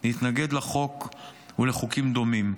להתנגד לחוק ולחוקים דומים,